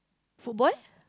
football